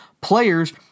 players